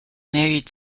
married